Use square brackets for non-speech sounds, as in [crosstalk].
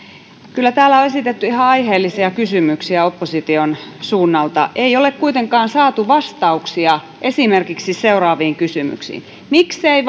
kyllä täällä on esitetty ihan aiheellisia kysymyksiä opposition suunnalta ei ole kuitenkaan saatu vastauksia esimerkiksi seuraaviin kysymyksiin miksei [unintelligible]